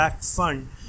Fund